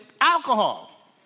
alcohol